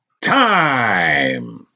time